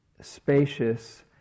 spacious